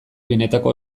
benetako